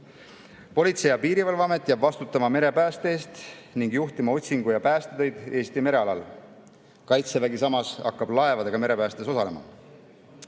teha. Politsei- ja Piirivalveamet jääb vastutama merepääste eest ning juhtima otsingu- ja päästetöid Eesti merealal. Kaitsevägi hakkab samas laevadega merepäästes osalema.